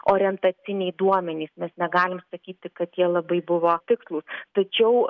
orientaciniai duomenys mes negalim sakyti kad jie labai buvo tikslūs tačiau